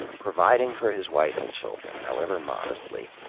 providing for his wife and children, however modestly,